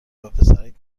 وپسرک